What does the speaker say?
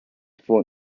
for